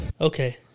Okay